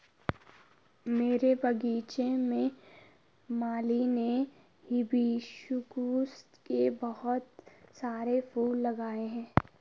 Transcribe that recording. मेरे बगीचे में माली ने हिबिस्कुस के बहुत सारे फूल लगाए हैं